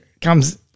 Comes